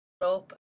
up